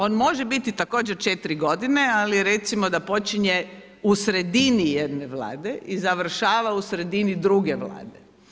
On može biti također 4 godine ali recimo da počinje u sredini jedne vlade i završava u sredine druge vlade.